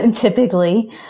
typically